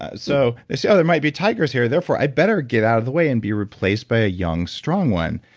ah so they see, there might be tigers here, therefore, i better get out of the way and be replaced by a young strong one.